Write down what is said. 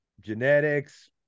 genetics